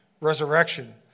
resurrection